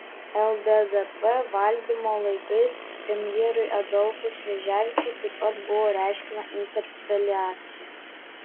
lddp valdymo laikais premjerui adolfui šleževičiui taip pat buvo reiškiama interpeliacija